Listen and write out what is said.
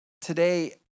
today